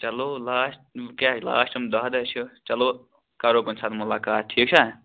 چلو لاسٹ کیٛاہ لاسٹِم دَہ دۄہ چھِ چلو کَرو کُنہِ ساتہٕ مُلاقات ٹھیٖک چھا